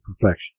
perfection